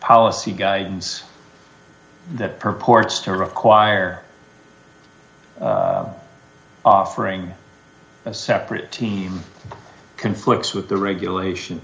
policy guidance that purports to require offering a separate team conflicts with the regulation